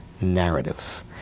narrative